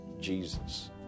Jesus